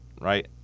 right